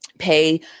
pay